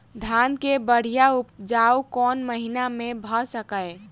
धान केँ बढ़िया उपजाउ कोण महीना मे भऽ सकैय?